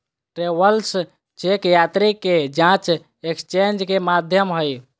travellers cheque यात्री के जांच एक्सचेंज के माध्यम हइ